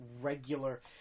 regular